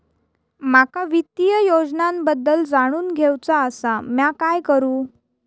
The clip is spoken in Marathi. माका वित्तीय योजनांबद्दल जाणून घेवचा आसा, म्या काय करू?